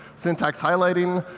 syntax highlighting.